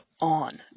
on